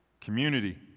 Community